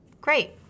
Great